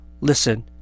listen